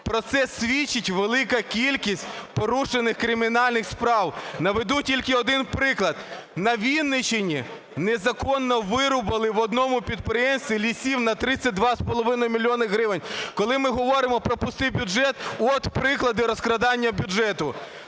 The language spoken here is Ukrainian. Про це свідчить велика кількість порушених кримінальних справ. Наведу тільки один приклад. На Вінниччині незаконно вирубали в одному підприємстві лісів на 32,5 мільйона гривень. Коли ми говоримо про пустий бюджет, от приклади розкрадання бюджету.